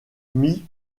mis